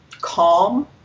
calm